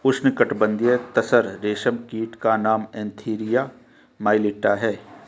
उष्णकटिबंधीय तसर रेशम कीट का नाम एन्थीरिया माइलिट्टा है